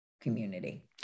community